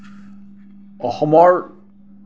অসমৰ